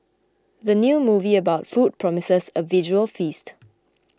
the new movie about food promises a visual feast